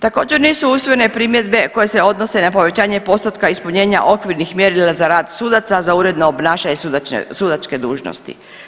Također nisu usvojene primjedbe koje se odnose na povećanje postotka ispunjenja okvirnih mjerila za rad sudaca za uredno obnašanje sudačke dužnosti.